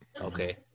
Okay